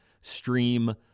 Stream